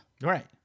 Right